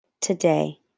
today